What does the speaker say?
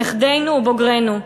נכדינו ובוגרינו.